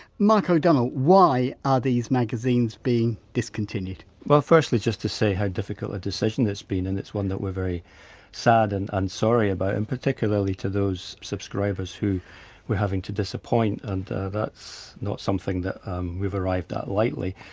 mark o'donnell why are these magazines being discontinued? o'donnellwell but firstly, just to say how difficult a decision it's been and it's one that we're very sad and and sorry about and particularly to those subscribers who we're having to disappoint and that's not something that we've arrived ah lightly.